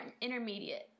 Intermediate